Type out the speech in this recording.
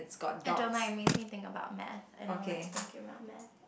I don't like it makes me think about math I don't like thinking about math